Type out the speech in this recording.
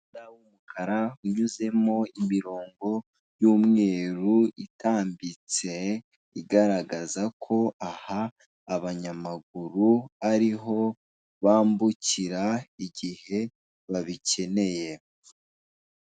Umuhanda w'umukara unyuzemo imirongo y'umweru itambitse igaragaza ko aha abanyamaguru ari ho bambukira igihe babikeneye.